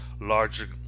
larger